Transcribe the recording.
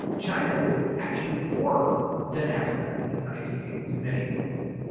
china was actually poorer than africa in the nineteen eighty s, and many places.